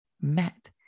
met